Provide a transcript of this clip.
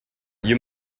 you